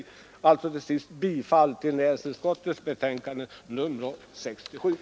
Jag yrkar bifall till näringsutskottets hemställan.